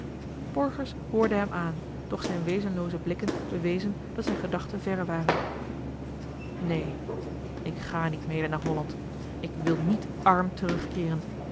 borgers hoorde hem aan doch zijne wezenlooze blikken bewezen dat zijne gedachten verre waren neen ik ga niet mede naar holland ik wil niet arm terugkeeren